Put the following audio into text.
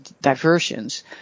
diversions